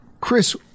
Chris